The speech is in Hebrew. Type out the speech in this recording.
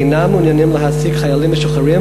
אינם מעוניינים להעסיק חיילים משוחררים